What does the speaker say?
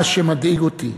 מה שמדאיג אותי,